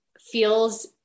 feels